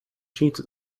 cheats